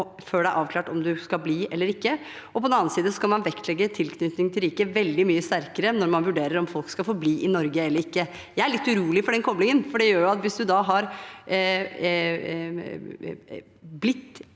før det er avklart om du skal bli eller ikke, og på den andre siden skal man vektlegge tilknytning til riket veldig mye sterkere når man vurderer om folk skal få bli i Norge eller ikke. Jeg er litt urolig for den koblingen, for hvis du er blitt